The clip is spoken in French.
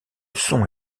son